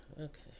Okay